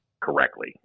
correctly